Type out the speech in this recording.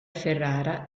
ferrara